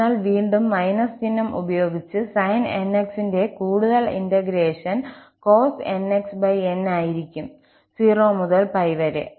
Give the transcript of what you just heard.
അതിനാൽ വീണ്ടും ′−′ ചിഹ്നം ഉപയോഗിച്ച് sin 𝑛𝑥 ന്റെ കൂടുതൽ ഇന്റഗ്രേഷൻ cos𝑛𝑥𝑛 ആയിരിക്കും 0 മുതൽ 𝜋 വരെ